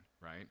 right